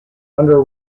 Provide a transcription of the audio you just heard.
under